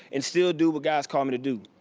and still do what god's called me to do.